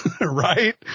right